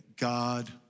God